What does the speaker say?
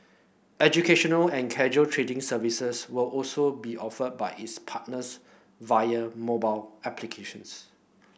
educational and casual trading services will also be offered by its partners via mobile applications